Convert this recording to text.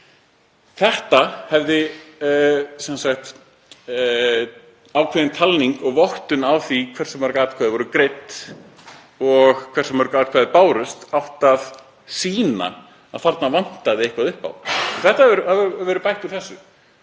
Þarna hefði ákveðin talning og vottun á því hversu mörg atkvæði voru greidd og hversu mörg atkvæði bárust átt að sýna að eitthvað vantaði upp á. Það hefur verið bætt úr þessu